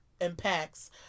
impacts